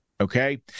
Okay